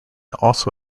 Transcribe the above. also